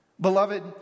Beloved